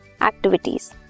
activities